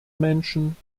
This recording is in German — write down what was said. menschen